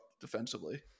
defensively